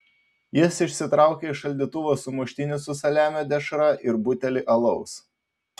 jis išsitraukė iš šaldytuvo sumuštinį su saliamio dešra ir butelį alaus